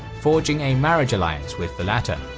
forging a marriage alliance with the latter.